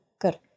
Good